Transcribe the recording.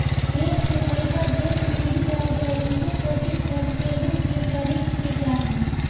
देस कअ पईसा देस में ही रह जाए इहे कोशिश सब केहू के करे के चाही